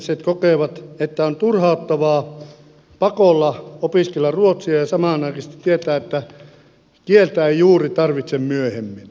suomenkieliset kokevat että on turhauttavaa pakolla opiskella ruotsia ja samanaikaisesti tietää että kieltä ei juuri tarvitse myöhemmin